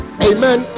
Amen